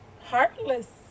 heartless